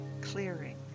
clearing